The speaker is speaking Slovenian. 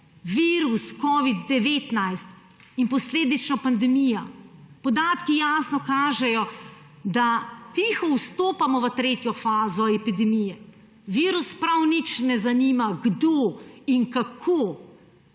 virus covid-19 in posledično pandemija. Podatki jasno kažejo, da tiho vstopamo v tretjo fazo epidemije. Virusa prav nič ne zanima, kdo in kako